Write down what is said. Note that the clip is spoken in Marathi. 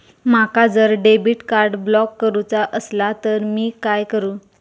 माका जर डेबिट कार्ड ब्लॉक करूचा असला तर मी काय करू?